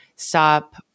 stop